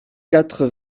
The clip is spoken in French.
quatre